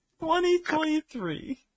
2023